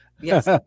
Yes